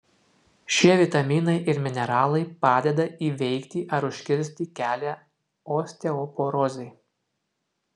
šie vitaminai ir mineralai padeda įveikti ar užkirsti kelią osteoporozei